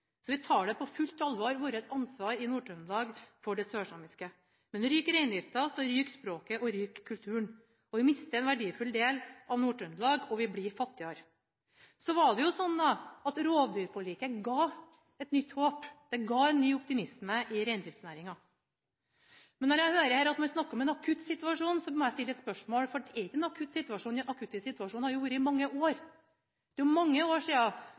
for det sørsamiske på fullt alvor, men ryker reindrifta, så ryker språket og kulturen – vi mister en verdifull del av Nord-Trøndelag, og vi blir fattigere. Så var det sånn at rovdyrforliket ga et nytt håp, det ga en ny optimisme i reindriftsnæringa. Men når jeg nå hører at man snakker om en akutt situasjon, må jeg stille spørsmål ved det, for det er ikke en akutt situasjon – det har jo vært en akutt situasjon i mange år. Det er mange år